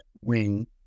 wing